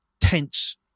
tense